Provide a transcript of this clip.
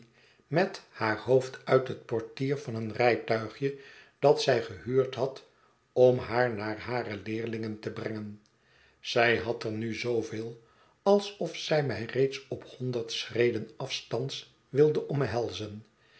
met haar hoofd uit het portier van een rijtuigje dat zij gehuurd had om haar naar hare leerlingen te brengen zij had er nu zooveel alsof zij mij reeds op honderd schreden afstands wilde omhelzen